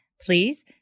Please